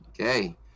Okay